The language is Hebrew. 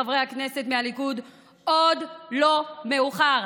חברי הכנסת מהליכוד: עוד לא מאוחר.